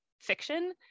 fiction